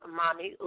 mommy